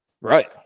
Right